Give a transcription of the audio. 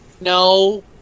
No